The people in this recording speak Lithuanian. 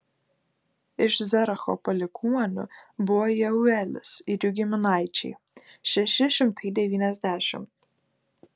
iš zeracho palikuonių buvo jeuelis ir jų giminaičiai šeši šimtai devyniasdešimt